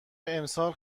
امسال